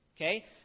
okay